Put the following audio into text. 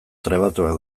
trebatuak